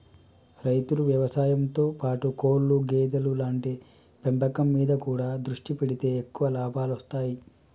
రైతులు వ్యవసాయం తో పాటు కోళ్లు గేదెలు లాంటి పెంపకం మీద కూడా దృష్టి పెడితే ఎక్కువ లాభాలొస్తాయ్